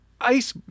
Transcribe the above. ice